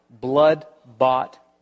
blood-bought